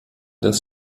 des